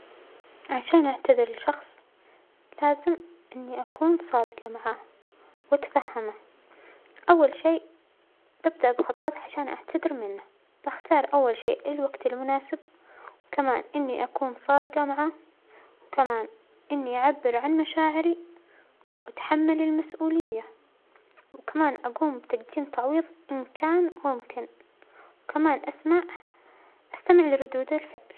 عشان أعتذر لشحص لازم إنى أكون صادجة معاه وأتفهمه، أول شئ ببدأ بخطوات عشان أعتذر منه، بختار أول شيء الوجت المناسب وكمان إنى أكون صادجة معاه وكمان إنى أعبر عن مشاعرى وأتحمل المسؤولية، وكمان أقوم بتقديم تعويظ إن كان ممكن، وكمان أسمع-أستمع لردود الفعل.